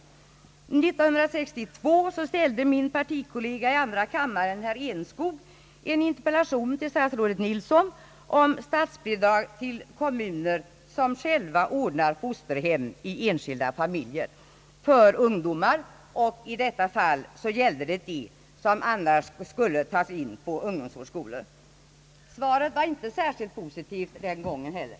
1962 framställde min partikollega i andra kammaren herr Enskog en interpellation till statsrådet Nilsson om statsbidrag till kommuner som själva ordnar fosterhem för ungdomar i enskilda familjer, och i detta fall gällde det dem som annars skulle tas in på ungdomsvårdsskolor. Svaret var inte särskilt positivt den gången heller.